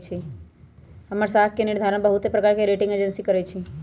हमर साख के निर्धारण बहुते प्रकार के रेटिंग एजेंसी करइ छै